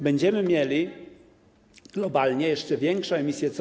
Będziemy mieli globalnie jeszcze większą emisję CO2.